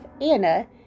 Anna